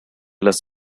las